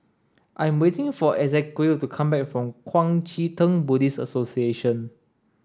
I'm waiting for Ezequiel to come back from Kuang Chee Tng Buddhist Association